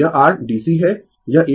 यह r DC है